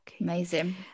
Amazing